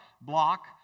block